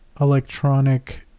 electronic